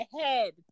head